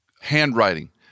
handwriting